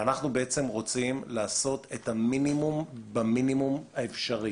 אנחנו רוצים לעשות את המינימום במינימום האפשרי.